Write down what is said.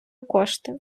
кошти